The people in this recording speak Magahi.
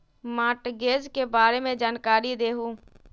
मॉर्टगेज के बारे में जानकारी देहु?